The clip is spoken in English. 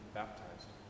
baptized